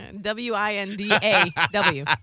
W-I-N-D-A-W